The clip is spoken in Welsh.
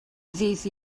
ddydd